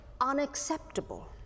unacceptable